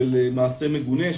של מעשה מגונה,